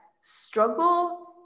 struggle